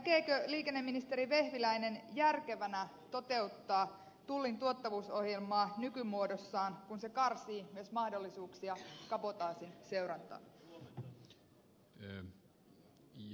näkeekö liikenneministeri vehviläinen järkevänä toteuttaa tullin tuottavuusohjelmaa nykymuodossaan kun se karsii myös mahdollisuuksia kabotaasin seurantaan